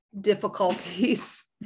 difficulties